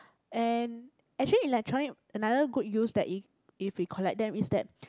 and actually electronic another good use that it if we collect them is that